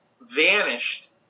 vanished